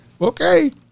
Okay